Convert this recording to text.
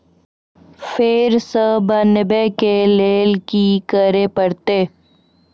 फेर सॅ बनबै के लेल की करे परतै?